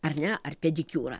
ar ne ar pedikiūrą